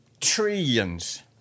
trillions